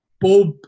Bob